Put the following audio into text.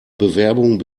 bewerbung